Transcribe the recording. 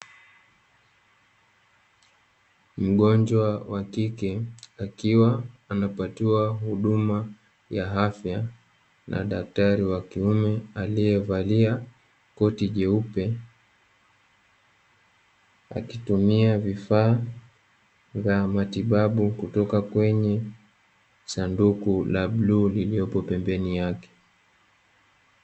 Mgonjwa wa kike akiwa anapatiwa huduma ya afya, na daktari wa kiume alievalia koti jeupe, akitumia vifaa vya matibabu kutoka kwenye sanduku la bluu liliopo pembeni yake.